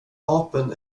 vapen